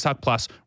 plus